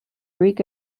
greek